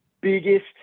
biggest